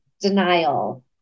denial